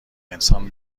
انسان